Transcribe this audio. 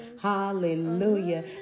Hallelujah